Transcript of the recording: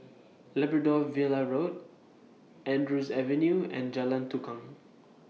Labrador Villa Road Andrews Avenue and Jalan Tukang